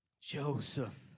Joseph